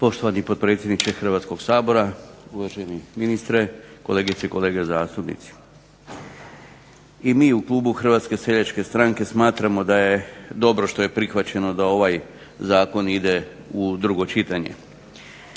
Poštovani potpredsjedniče Hrvatskog sabora, uvaženi ministre, kolegice i kolege zastupnici. I mi u klubu HSS-a smatramo da je dobro što je prihvaćeno da ovaj zakon ide u drugo čitanje.